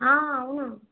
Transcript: అవునా